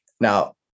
Now